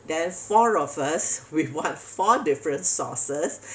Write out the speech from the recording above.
then four of us we want four different sauces